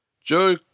Joe